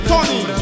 Tony